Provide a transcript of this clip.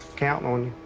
counting on